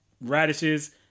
radishes